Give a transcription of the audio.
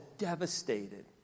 devastated